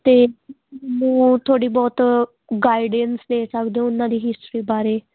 ਅਤੇ ਮੂੰ ਥੋੜ੍ਹੀ ਬਹੁਤ ਗਾਈਡੈਂਸ ਦੇ ਸਕਦੇ ਹੋ ਉਹਨਾਂ ਦੀ ਹਿਸਟਰੀ ਬਾਰੇ